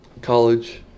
College